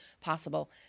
possible